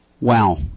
wow